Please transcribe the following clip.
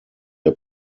der